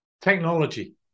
Technology